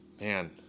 man